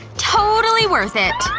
totally worth it.